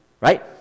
right